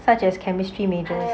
such as chemistry major